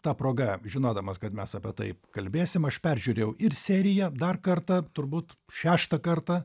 ta proga žinodamas kad mes apie tai kalbėsim aš peržiūrėjau ir serija dar kartą turbūt šeštą kartą